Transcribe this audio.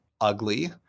ugly